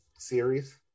Series